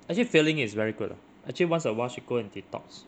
actually feeling is very good lah actually once a while should go and detox